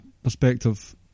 perspective